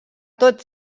tot